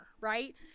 right